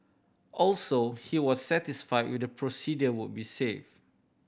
also he was satisfy with the procedure would be safe